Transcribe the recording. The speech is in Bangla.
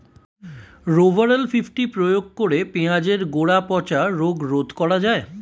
রোভরাল ফিফটি প্রয়োগ করে পেঁয়াজের গোড়া পচা রোগ রোধ করা যায়?